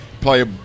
play